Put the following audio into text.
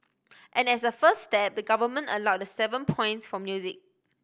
and as a first step the government allowed the seven points for music